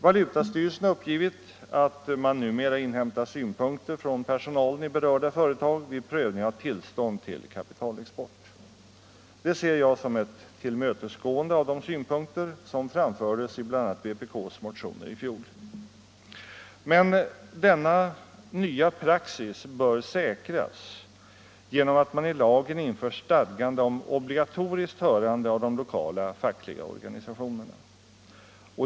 Valutastyrelsen har uppgivit att man numera inhämtar synpunkter från personalen vid berörda företag vid prövning av tillstånd för kapitalexport. Det ser jag som ett tillmötesgående av de synpunkter som framfördes i bl.a. vpk:s motioner i fjol. Men denna nya praxis bör säkras genom att man i lagen inför stadgande om obligatoriskt hörande av de lokala fackliga organisationerna.